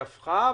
היא התקבלה,